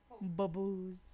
Bubbles